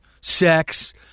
Sex